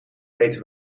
eten